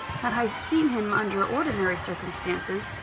had i seen him under ordinary circumstances,